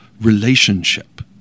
relationship